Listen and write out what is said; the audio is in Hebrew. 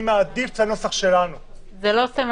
אני מעדיף את הנוסח שלנו -- זה לא סמנטי.